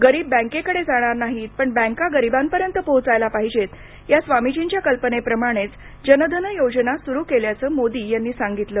गरीब बँककडे जाणार नाहीत पण बैंका गरीबांपर्यंत पोहोचायला पाहिजे या स्वामीर्जीच्या कल्पनेप्रमाणेच जनधन योजना सुरू केल्याचं मोदी यांनी सांगितलं